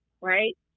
right